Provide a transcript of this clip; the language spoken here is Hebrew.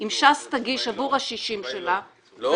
אם ש"ס תגיש עבור ה-60 שלה --- בקיצור,